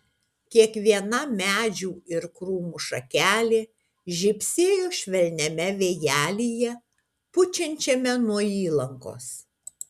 kiekviena medžių ir krūmų šakelė žibsėjo švelniame vėjelyje pučiančiame nuo įlankos